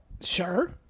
Sure